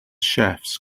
chefs